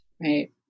Right